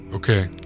Okay